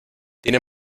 tiene